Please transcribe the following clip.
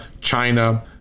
China